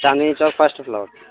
چاننیچو first floor